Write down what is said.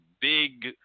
big